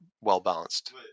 well-balanced